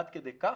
עד כדי כך,